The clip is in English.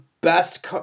best